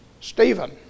Stephen